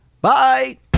bye